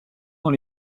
dans